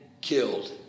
killed